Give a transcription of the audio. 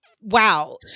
wow